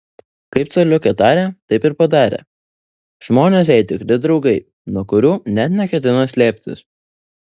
kaip coliukė tarė taip ir padarė žmonės jai tikri draugai nuo kurių net neketina slėptis